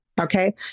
Okay